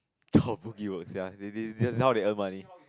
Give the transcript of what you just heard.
will sia they they just now they earn money